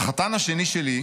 "החתן השני שלי,